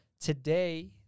Today